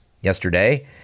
yesterday